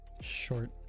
short